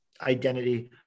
identity